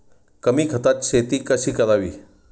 कमी खतात शेती कशी करावी?